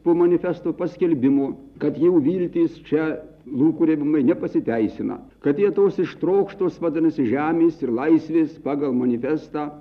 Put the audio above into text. po manifesto paskelbimo kad jau viltys čia lūkuriavimai nepasiteisina kad jie tos ištrokštos vadinasi žemės ir laisvės pagal manifestą